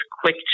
quick